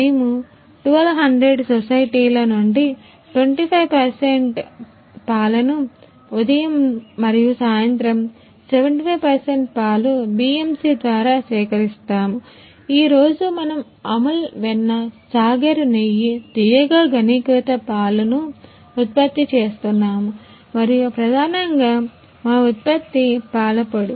మేము 1200 సొసైటీల నుండి 25 శాతం పాలను ఉదయం మరియు సాయంత్రం 75 శాతం పాలు BMC ద్వారా సేకరిస్తాము ఈ రోజు మనం అముల్ వెన్న సాగర్ నెయ్యి తియ్యగా ఘనీకృత పాలు ను ఉత్పత్తి చేస్తున్నాము మరియు ప్రధానంగా మా ఉత్పత్తి పాల పొడి